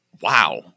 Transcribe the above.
wow